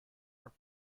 are